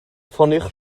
ffoniwch